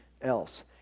else